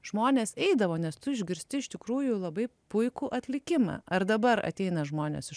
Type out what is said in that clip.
žmonės eidavo nes tu išgirsti iš tikrųjų labai puikų atlikimą ar dabar ateina žmonės iš